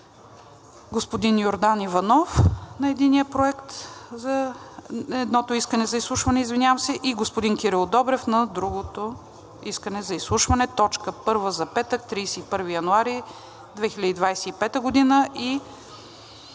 господин Йордан Иванов – на едното искане за изслушване, и господин Кирил Добрев – на другото искане за изслушване, точка първа за петък, 31 януари 2025 г.